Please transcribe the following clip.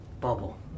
Bubble